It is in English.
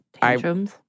Tantrums